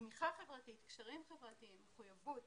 תמיכה חברתית, קשרים חברתיים, מחויבות.